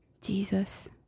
Jesus